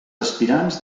aspirants